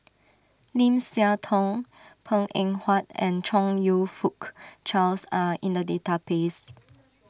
Lim Siah Tong Png Eng Huat and Chong You Fook Charles are in the database